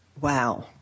Wow